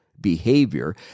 behavior